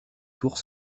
tours